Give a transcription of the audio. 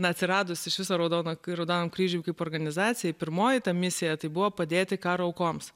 na atsiradus iš viso raudono raudonajam kryžiui kaip organizacijai pirmoji ta misija tai buvo padėti karo aukoms